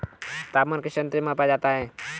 तापमान किस यंत्र से मापा जाता है?